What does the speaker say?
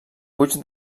puig